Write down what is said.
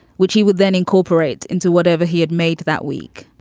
which he would then incorporate into whatever he had made that week.